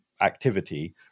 activity